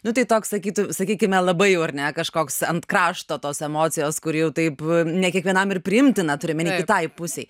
nu tai toks sakytų sakykime labai jau ar ne kažkoks ant krašto tos emocijos kur jau taip ne kiekvienam ir priimtina turiu omeny kitai pusei